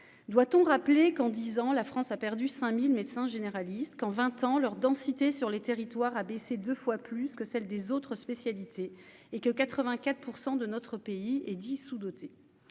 doit-on rappeler qu'en 10 ans, la France a perdu 5000 médecins généralistes qu'en 20 ans leur densité sur les territoires, a baissé 2 fois plus que celle des autres spécialités et que 84 % de notre pays et dissous doté,